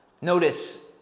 Notice